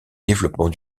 développement